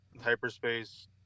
hyperspace